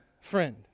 friend